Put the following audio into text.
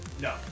No